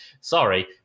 Sorry